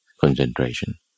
concentration